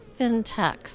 fintechs